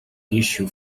issued